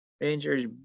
Rangers